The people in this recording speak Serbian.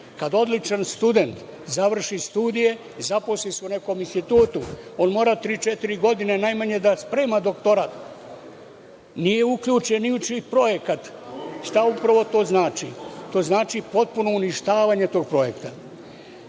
odličan student završi studije i zaposli se u nekom institutu, on mora tri, četiri godine najmanje da sprema doktorat. Nije uključen ni u čiji projekat. Šta upravo to znači? To znači potpuno uništavanje tog projekta.